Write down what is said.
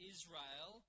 Israel